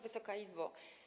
Wysoka Izbo!